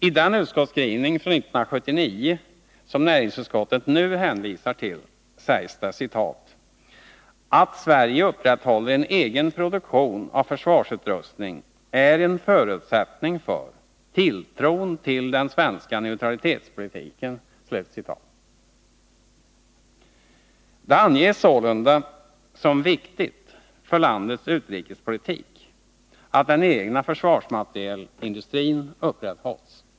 I den utskottsskrivning från år 1979 som näringsutskottet nu hänvisar till sägs det: ”Att Sverige upprätthåller en egen produktion av försvarsutrustning är en förutsättning för tilltron till den svenska neutralitetspolitiken.” Det anges sålunda som viktigt för landets utrikespolitik att den egna försvarsmaterielindustrin upprätthålls.